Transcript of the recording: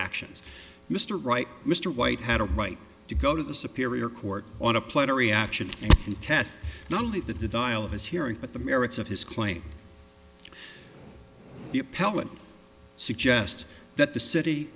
actions mr wright mr white had a right to go to the superior court on a platter reaction to contest not only the dial of his hearing but the merits of his claim the appellate suggest that the city